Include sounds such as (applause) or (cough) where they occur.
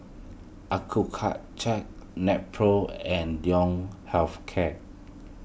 (unintelligible) Nepro and (unintelligible) Health Care